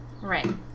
Right